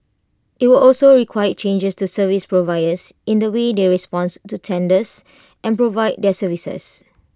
IT will also require changes to service providers in the way they responds to tenders and provide their services